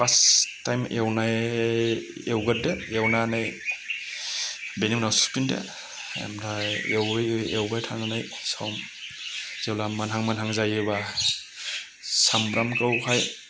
first time एवनाय एवग्रोदो एवनानै बेनि उनाव सुफिनदो आमफ्राय एवबाय थानानै जेब्ला मोनहां मोनहां जायोब्ला सामब्रामखौहाय